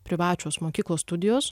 privačios mokyklos studijos